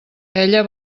ella